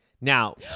Now